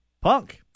Punk